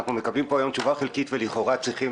אנחנו מקבלים פה היום תשובה חלקית ולכאורה צריכים